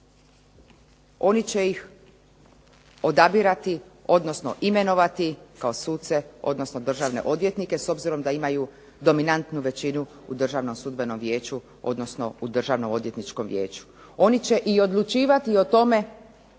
oni će ih odabirati, odnosno imenovati kao suce, odnosno državne odvjetnike s obzirom da imaju dominantnu većinu u Državnom sudbenom vijeću, odnosno u Državnom odvjetničkom vijeću. Oni će i odlučivati i o tome